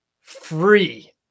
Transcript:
free